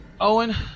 Owen